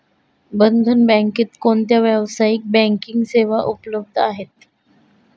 बंधन बँकेत कोणत्या व्यावसायिक बँकिंग सेवा उपलब्ध आहेत?